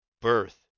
birth